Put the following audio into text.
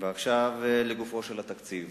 עכשיו, לגופו של התקציב.